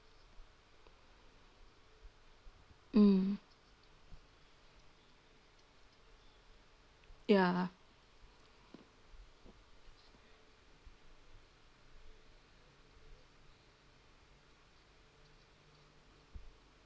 mm ya